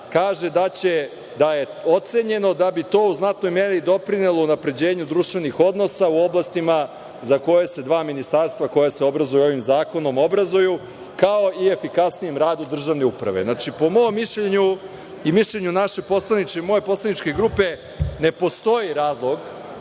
dana? Kaže da je ocenjeno da bi to u znatnoj meri doprinelo unapređenju društvenih odnosa u oblastima za koje se dva ministarstva koja se obrazuju ovim zakonom obrazuju, kao i efikasnijim radom državne uprave. Znači, po mom mišljenju i mišljenju moje poslaničke grupe, ne postoji razlog